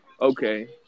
okay